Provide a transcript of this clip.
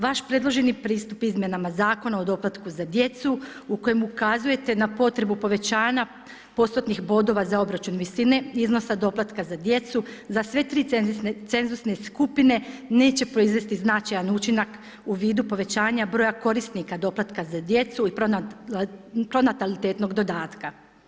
Vaš predloženi pristup izmjenama Zakona o doplatku za djecu u kojem ukazujte na potrebu povećanja postotnih bodova za obračun visine iznosa doplatka za djecu za sve tri cenzusne skupine neće proizvesti značajan učinak u vidu povećanja broja korisnika doplatka za djecu i pronatalitetnog dodatka.